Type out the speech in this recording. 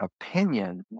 opinions